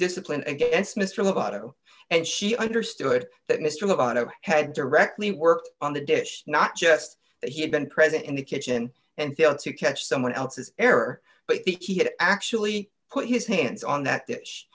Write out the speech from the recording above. discipline against mr about it and she understood that mr amano had directly worked on the dish not just that he had been present in the kitchen and fail to catch someone else's error but he had actually put his hands on that